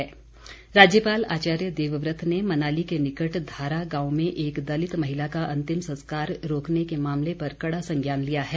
संज्ञान राज्यपाल आचार्य देवव्रत ने मनाली के निकट धारा गांव में एक दलित महिला का अंतिम संस्कार रोकने के मामले पर कड़ा संज्ञान लिया है